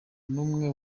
n’umwe